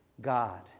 God